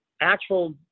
actual